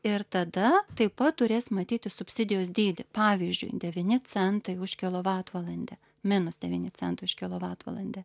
ir tada taip pat turės matyti subsidijos dydį pavyzdžiui devyni centai už kilovatvalandę minus devyni centai už kilovatvalandę